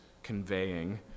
conveying